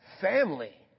family